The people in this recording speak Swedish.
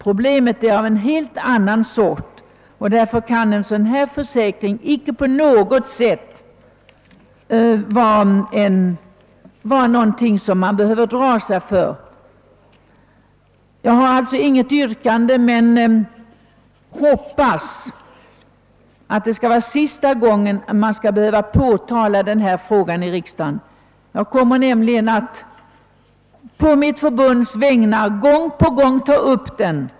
Problemet är av helt annat slag, och därför kan en sådan här försäkring icke vara någonting som man behöver dra sig för. Jag har inget yrkande men hoppas att det skall vara sista gången jag behöver beröra denna fråga i riksdagen. Jag kommer nämligen att å mitt förbunds vägnar gång på gång ta upp den.